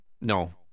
No